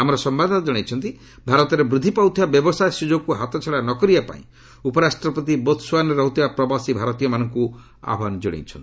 ଆମ ସମ୍ୟାଦଦାତା ଜଣାଇଛନ୍ତି ଭାରତରେ ବୃଦ୍ଧି ପାଉଥିବା ବ୍ୟବସାୟ ସ୍ୱଯୋଗକ୍ତ ହାତଛଡ଼ା ନ କରିବାପାଇଁ ଉପରାଷ୍ଟ୍ରପତି ବୋତ୍ସୁଆନାରେ ରହୁଥିବା ପ୍ରବାସୀ ଭାରତୀୟମାନଙ୍କୁ ଆହ୍ୱାନ ଜଣାଇଛନ୍ତି